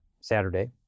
Saturday